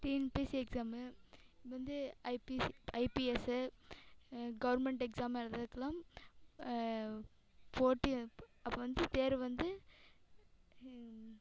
TNPSC exam வந்து IPS IPS government exam எழுதுகிறதுக்குலாம் போட்டி அப்போ வந்து தேர்வு வந்து